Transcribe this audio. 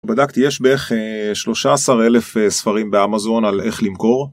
בדקתי, יש בערך 13,000 ספרים באמזון על איך למכור.